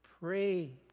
pray